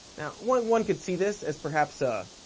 now, one. one could see this as perhaps a.